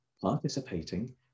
participating